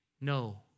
No